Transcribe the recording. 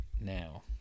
now